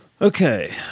Okay